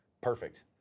perfect